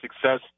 success